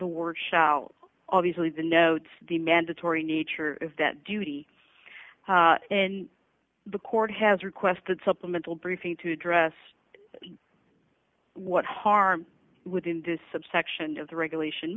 the word shout obviously the note the mandatory nature is that duty in the court has requested supplemental briefing to address what harm within this subsection of the regulation